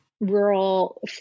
Rural